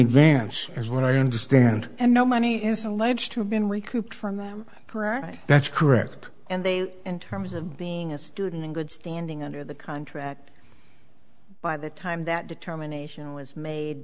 advance is what i understand and no money is alleged to have been recruited from them for a that's correct and they in terms of being a student in good standing under the contract by the time that determination was made